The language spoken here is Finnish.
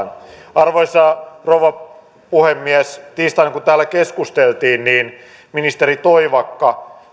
arvoisa rouva puhemies tiistaina kun täällä keskusteltiin ministeri toivakka